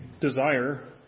desire